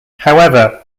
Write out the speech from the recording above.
however